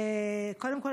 קודם כול,